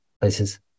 places